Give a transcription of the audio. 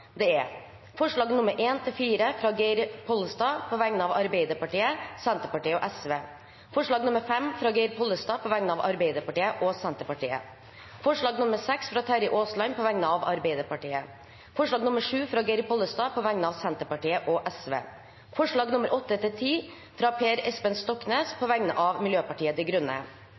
fram ti forslag. Det er forslagene nr. 1–4, fra Geir Pollestad på vegne av Arbeiderpartiet, Senterpartiet og Sosialistisk Venstreparti forslag nr. 5, fra Geir Pollestad på vegne av Arbeiderpartiet og Senterpartiet forslag nr. 6, fra Terje Aasland på vegne av Arbeiderpartiet forslag nr. 7, fra Geir Pollestad på vegne av Senterpartiet og Sosialistisk Venstreparti forslagene nr. 8–10, fra Per Espen Stoknes på vegne av Miljøpartiet De Grønne